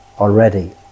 already